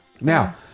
now